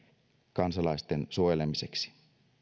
kansalaisten suojelemiseksi